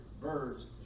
birds